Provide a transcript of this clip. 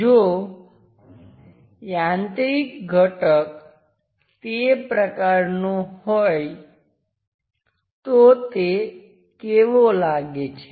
જો યાંત્રિક ઘટક તે પ્રકારનો હોય તો તે કેવો લાગે છે